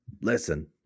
Listen